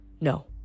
No